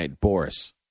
Boris